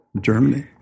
Germany